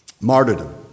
Martyrdom